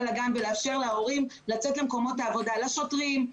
לגן ולאפשר להורים לצאת למקומות העבודה: לשוטרים,